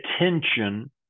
attention